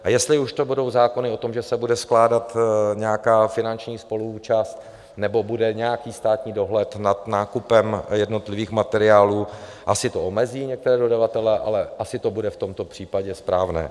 A jestli už to budou zákony o tom, že se bude skládat nějaká finanční spoluúčast, nebo bude nějaký státní dohled nad nákupem jednotlivých materiálů, asi to omezí některé dodavatele, ale asi to bude v tomto případě správné.